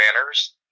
banners